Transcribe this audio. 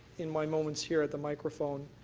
in my moments here at the microphone,